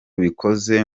bikoze